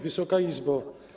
Wysoka Izbo!